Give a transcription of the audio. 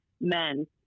men